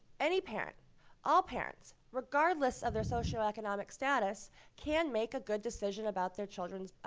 any parent all parents, regardless of their socioeconomic status can make a good decision about their children's,